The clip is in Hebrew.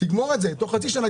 תגמור את זה תוך חצי שנה.